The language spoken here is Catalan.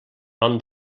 nom